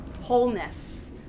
wholeness